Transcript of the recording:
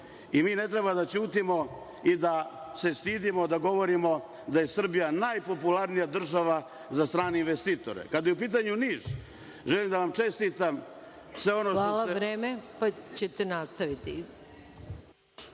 ne treba da ćutimo da se stidimo da govorimo da je Srbija najpopularnija država za strane investitore. Kada je u pitanju Niš, želim da vam čestitam sve ono što ste… **Maja Gojković**